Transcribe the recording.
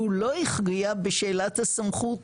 והוא לא הכריע בשאלת הסמכות